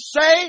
say